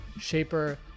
shaper